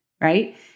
right